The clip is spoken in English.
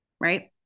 right